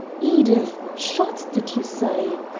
edith! shot, did you say!